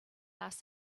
asked